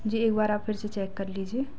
जी एक बार आप फिर से चेक कर लीजिए